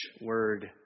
word